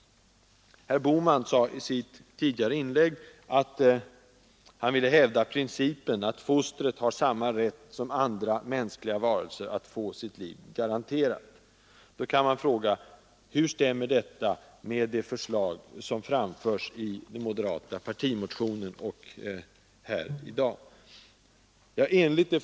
Herr Bohman sade i sitt inlägg, att han ville hävda principen att fostret har samma rätt som andra mänskliga varelser att få sitt liv garanterat. Då kan man fråga: Hur stämmer detta med det förslag som framförs i den moderata partimotionen och här i dag?